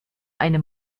eine